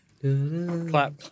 Clap